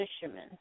fishermen